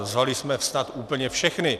Zvali jsme snad úplně všechny.